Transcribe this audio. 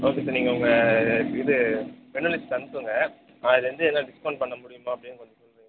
okay sir நீங்கள் உங்கள் இது மெனு லிஸ்ட் அனுப்புங்க இதிலேந்து எதனா டிஸ்கௌண்ட் பண்ண முடியுமா அப்படின்னு கொஞ்சம் சொல்கிறீங்களா